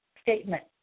statement